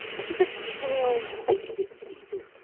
it is a genial, festive season,